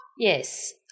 Yes